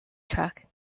truck